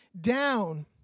down